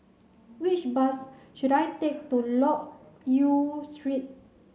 which bus should I take to Loke Yew Street